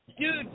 dude